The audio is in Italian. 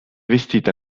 vestita